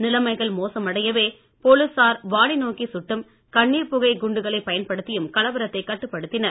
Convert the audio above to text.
நிலைமைகள் மோசமடையவே போலீசார் வானை சுட்டும் கண்ணீர்புகை குண்டுகளை பயன்படுத்தியும் நோக்கி கலவரத்தைக் கட்டுப்படுத்தினர்